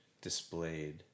displayed